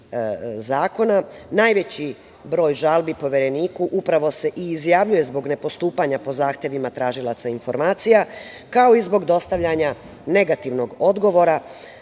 zakona. Najveći broj žalbi Povereniku upravo se i izjavljuje zbog nepostupanja po zahtevima tražilaca informacija, kao i zbog dostavljanja negativnog odgovora,